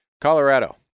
Colorado